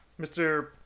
Mr